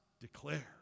declare